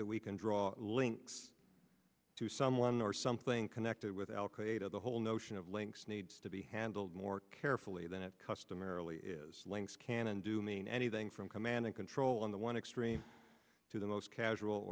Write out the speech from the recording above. that we can draw links to someone or something connected with al qaeda the whole notion of links needs to be handled more carefully than it customarily is links can and do mean anything from command and control on the one extreme to the most casual